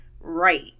right